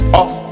off